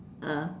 ah